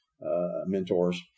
mentors